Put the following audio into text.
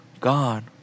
God